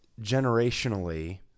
generationally